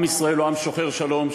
עם ישראל הוא עם שוחר שלום,